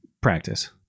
Practice